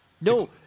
No